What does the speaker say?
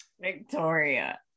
Victoria